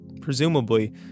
Presumably